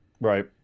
Right